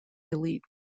elite